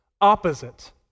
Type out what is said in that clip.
opposite